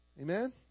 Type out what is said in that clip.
Amen